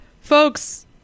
folks